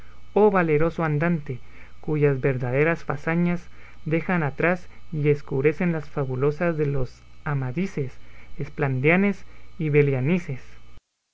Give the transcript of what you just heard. oh valeroso andante cuyas verdaderas fazañas dejan atrás y escurecen las fabulosas de los amadises esplandianes y belianises